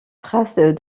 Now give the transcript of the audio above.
traces